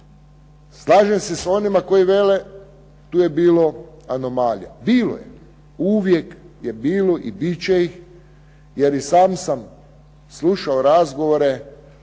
Slažem se s onima koji vele tu je bilo anomalija, bilo je. Uvijek je bilo i bit će ih jer i sam sam slušao razgovore